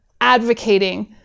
advocating